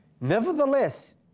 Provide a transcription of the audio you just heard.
Nevertheless